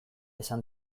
esan